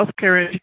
healthcare